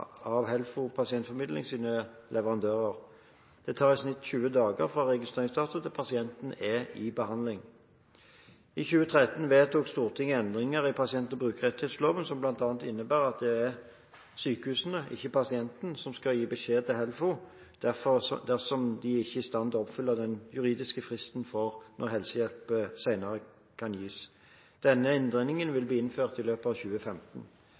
av HELFO pasientformidlings leverandører. Det tar i snitt 20 dager fra registreringsdato til pasienten er i behandling. I 2013 vedtok Stortinget endringer i pasient- og brukerrettighetsloven som bl.a. innebærer at det er sykehusene – ikke pasienten – som skal gi beskjed til HELFO, dersom de ikke er i stand til å oppfylle den juridiske fristen for når helsehjelp senest skal gis. Denne endringen vil bli innført i løpet av 2015.